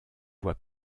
voie